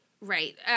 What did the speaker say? right